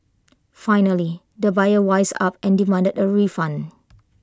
finally the buyer wised up and demanded A refund